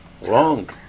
Wrong